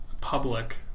public